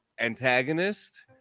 antagonist